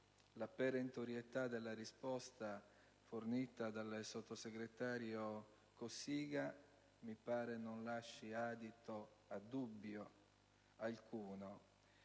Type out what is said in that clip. La perentorietà della risposta fornita dal sottosegretario Cossiga mi pare non lasci adito a dubbio alcuno.